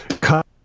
cut